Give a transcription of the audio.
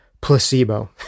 placebo